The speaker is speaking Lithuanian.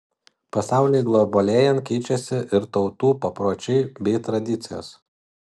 pasauliui globalėjant keičiasi ir tautų papročiai bei tradicijos